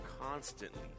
constantly